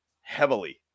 heavily